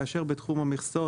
כאשר בתחום המכבסות,